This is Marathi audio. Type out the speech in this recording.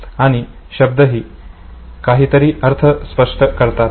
आणि शब्दही काहीतरी अर्थ स्पष्ट करतात